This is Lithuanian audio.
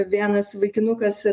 vienas vaikinukas